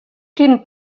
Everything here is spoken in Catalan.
quin